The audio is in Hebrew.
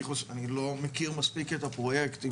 אני לא מכיר מספיק את הפרויקט,